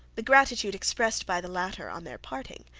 the gratitude expressed by the latter on their parting,